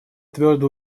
твердо